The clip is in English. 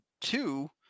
two